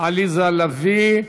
עליזה לביא.